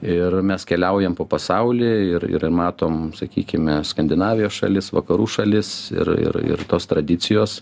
ir mes keliaujam po pasaulį ir ir matom sakykime skandinavijos šalis vakarų šalis ir ir tos tradicijos